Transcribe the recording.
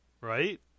right